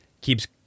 keeps